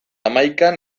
hamaikan